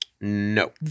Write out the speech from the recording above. no